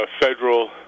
federal